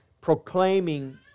proclaiming